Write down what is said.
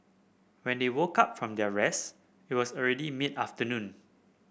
when they woke up from their rest it was already mid afternoon